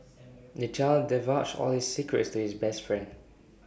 the child divulged all his secrets to his best friend